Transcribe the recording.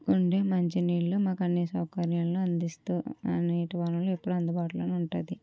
ఉండే మంచి నీళ్లు మాకు అన్ని సౌకర్యాలు అందిస్తూ ఆ నీటి వానలు ఎప్పుడు అందుబాటులోనే ఉంటుంది